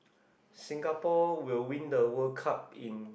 Singapore will win the World Cup in